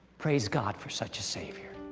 praise god for such a savior.